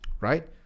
right